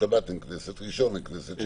בשבת ובראשון אין כנסת.